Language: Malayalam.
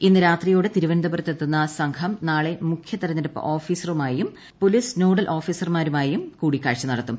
ഇന്ന് രാത്രിയോടെ തിരുവനന്തപുരത്തെത്തുന്ന സംഘം നാളെ മുഖ്യ തിരഞ്ഞെടുപ്പ് ഓഫീസറുമായും പൊലീസ് നോഡൽ ഓഫീസർമായും കൂടിക്കാഴ്ച നടത്തും